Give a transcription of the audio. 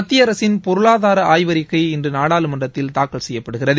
மத்திய அரசின் பொருளாதார ஆய்வறிக்கை இன்று நாடாளுமன்றத்தில் தாக்கல் செய்யப்படுகிறது